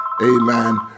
amen